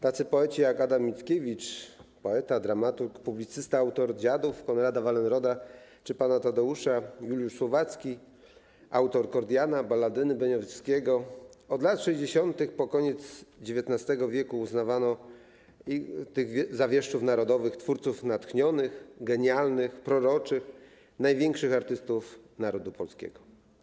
Tacy poeci jak Adam Mickiewicz, poeta, dramaturg, publicysta, autor „Dziadów”, „Konrada Wallenroda”, „Pana Tadeusza”, czy Juliusz Słowacki, autor „Kordiana”, „Balladyny”, „Beniowskiego” - od lat 60. po koniec XIX w. - uznawani za wieszczów narodowych, twórców natchnionych, genialnych, proroczych, największych artystów narodu polskiego.